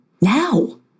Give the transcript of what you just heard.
now